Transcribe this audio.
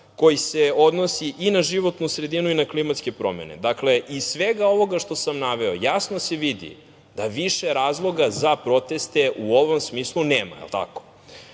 koji se odnosi i na životnu sredinu i na klimatske promene. Dakle, iz svega ovog ovoga što sam naveo, jasno se vidi da više razloga za proteste u ovom smislu nema, jel tako? Samim